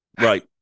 right